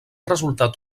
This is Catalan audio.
resultat